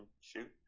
shoot